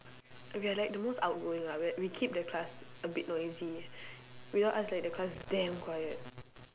we are like the most outgoing lah we we keep the class a bit noisy without us like the class damn quiet